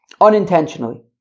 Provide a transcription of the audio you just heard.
unintentionally